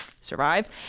survive